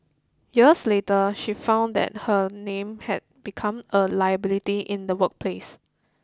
years later she found that her name had become a liability in the workplace